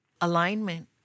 alignment